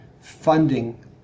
funding